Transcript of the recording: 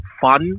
fun